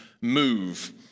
move